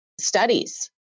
studies